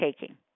taking